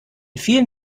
vielen